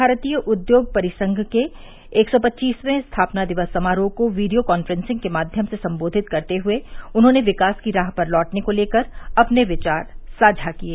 भारतीय उद्योग परिसंघ के एक सौ पच्चीसवें स्थापना दिवस समारोह को वीडियो कॉन्फ्रेंसिंग के माध्यम से सम्बोधित करते हए उन्होंने विकास की राह पर लौटने को लेकर अपने विचार साझा किये